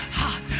hot